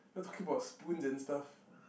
not talking about spoons and stuff